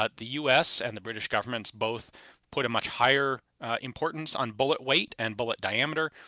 but the us and the british governments both put a much higher importance on bullet weight and bullet diameter,